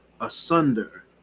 Asunder